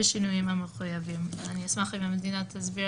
בשינויים המחויבים." אשמח אם המדינה תסביר